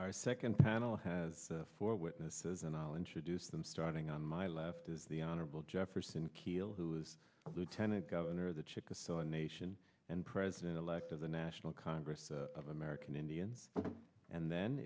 our second panel has four witnesses and i'll introduce them starting on my left is the honorable jefferson keel who is a lieutenant governor of the chickasaw nation and president elect of the national congress of american indians and then